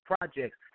projects